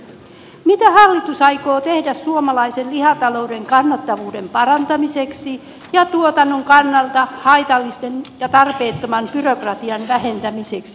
arvoisa ministeri mitä hallitus aikoo tehdä suomalaisen lihatalouden kannattavuuden parantamiseksi ja tuotannon kannalta haitallisen ja tarpeettoman byrokratian vähentämiseksi